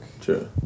true